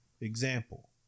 Example